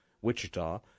Wichita